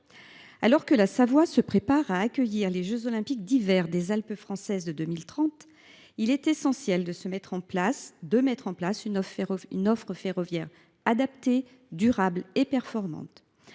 Alors que la Savoie se prépare à accueillir les jeux Olympiques d’hiver des Alpes françaises en 2030, il est essentiel de mettre en place une offre ferroviaire adaptée, durable et performante.